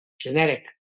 genetic